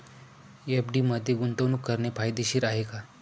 FD मध्ये गुंतवणूक करणे फायदेशीर आहे का?